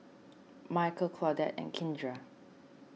Micheal Claudette and Kindra